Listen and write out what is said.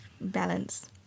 balance